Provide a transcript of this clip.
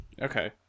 Okay